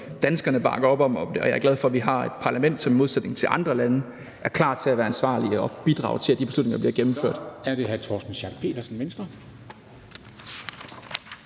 danskerne bakker op om det, og jeg er glad for, at vi har et parlament, som i modsætning til andre landes parlamenter er klar til at være ansvarlige og bidrage til, at de beslutninger bliver gennemført.